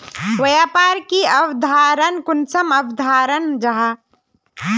व्यापार की अवधारण कुंसम अवधारण जाहा?